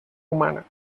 humana